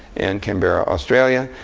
and canberra, australia.